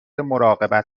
مراقبت